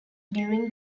during